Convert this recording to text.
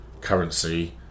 currency